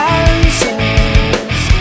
answers